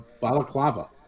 balaclava